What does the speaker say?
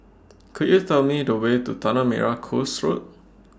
Could YOU Tell Me The Way to Tanah Merah Coast Road